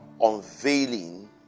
unveiling